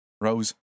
Rose